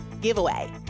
giveaway